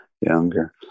younger